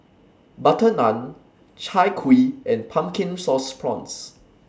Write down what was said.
Butter Naan Chai Kuih and Pumpkin Sauce Prawns